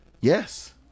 Yes